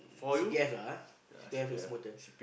C_P_F lah ah C_P_F is more than